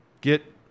Get